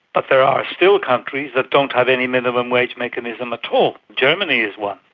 but there are still countries that don't have any minimum wage mechanism at all. germany is one.